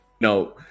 No